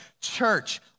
church